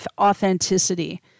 authenticity